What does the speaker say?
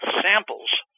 samples